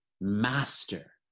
master